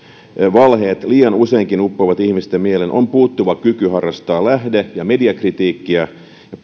valheet liian usein uppoavat ihmisten mieleen on puuttuva kyky harrastaa lähde ja mediakritiikkiä